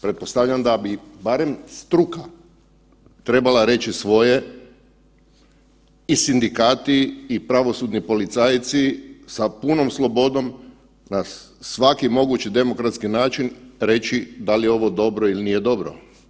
Pretpostavljam da bi barem struka trebala reći svoje i sindikati i pravosudni policajci sa punom slobodom na svaki mogući demokratski način reći da li je ovo dobro ili nije dobro.